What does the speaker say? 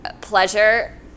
pleasure